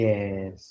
Yes